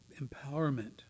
empowerment